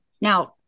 Now